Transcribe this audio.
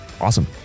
Awesome